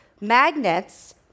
Magnets